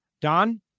Don